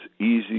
easy